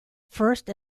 first